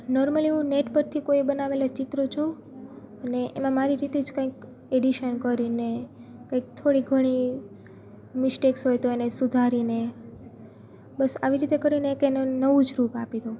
normally હું net પરથી કોઈએ બનાવેલા ચિત્રો જોઉ અને એમાં મારી રીતે જ કંઈક એડિશનલ કરીને કંઈક થોડી ઘણી મિસ્ટેક્સ હોય તો એને સુધારીને બસ આવી રીતે કરીને એક એનું નવું જ રૂપ આપી દઉં